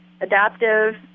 adaptive